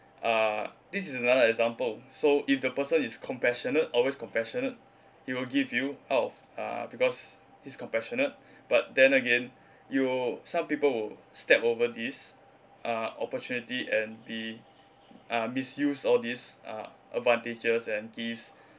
uh this is another example so if the person is compassionate always compassionate he will give you out of uh because he's compassionate but then again you will some people will step over this uh opportunity and be uh misused all these uh advantages and gifts